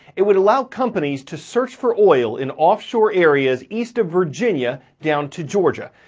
it would allow companies to search for oil in offshore areas east of virginia, down to georgia.